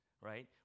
right